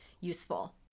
useful